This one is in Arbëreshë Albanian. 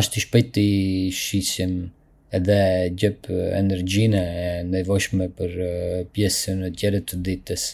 Asht i shpejtë, i shijshëm edhe jep energjinë e nevojshme për pjesën tjetër të ditës.